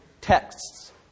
texts